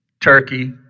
turkey